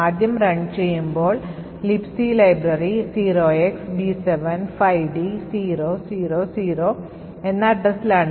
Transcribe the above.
ആദ്യം run ചെയ്യുമ്പോൾ Libc libray 0xb75d000 എന്ന addressലാണ്